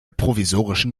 provisorischen